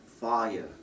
fire